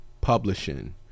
publishing